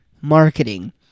marketing